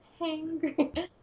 Hangry